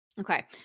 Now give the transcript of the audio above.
Okay